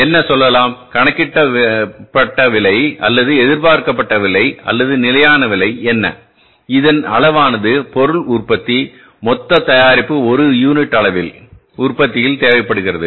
என்ன சொல்லலாம் கணிக்கப்பட்ட விலை அல்லது எதிர்பார்க்கப்பட்ட விலை அல்லது நிலையான விலை என்ன இதன்அளவானது பொருள் உற்பத்தி மொத்த தயாரிப்பு 1 யூனிட் அளவின் உற்பத்தியில்தேவைப்படுகிறது